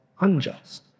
unjust